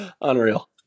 Unreal